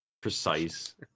precise